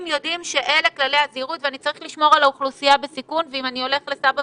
הוא לא יוכל לתפקד.